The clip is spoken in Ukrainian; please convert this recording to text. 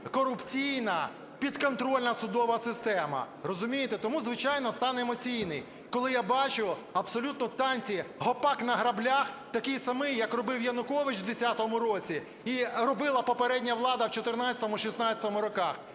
корупційна, підконтрольна судова система. Розумієте? Тому, звичайно, стан емоційний. Коли я бачу абсолютно танці "гопак на граблях", такий самий, як робив Янукович в 2010 році і робила попередня влада в 2014-2016 роках.